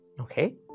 okay